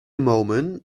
moment